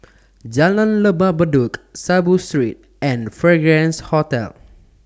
Jalan Lembah Bedok Saiboo Street and Fragrance Hotel